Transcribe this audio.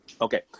Okay